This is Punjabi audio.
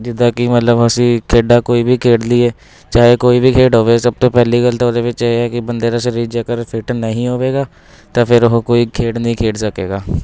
ਜਿੱਦਾਂ ਕਿ ਮਤਲਬ ਅਸੀਂ ਖੇਡਾਂ ਕੋਈ ਵੀ ਖੇਡ ਲਈਏ ਚਾਹੇ ਕੋਈ ਵੀ ਖੇਡ ਹੋਵੇ ਸਭ ਤੋਂ ਪਹਿਲੀ ਗੱਲ ਤਾਂ ਉਹਦੇ ਵਿੱਚ ਇਹ ਹੈ ਕਿ ਬੰਦੇ ਦਾ ਸਰੀਰ ਜੇਕਰ ਫਿਟ ਨਹੀਂ ਹੋਵੇਗਾ ਤਾਂ ਫਿਰ ਉਹ ਕੋਈ ਖੇਡ ਨਹੀਂ ਖੇਡ ਸਕੇਗਾ